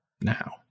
now